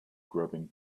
grubbing